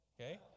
Okay